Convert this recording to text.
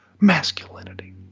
masculinity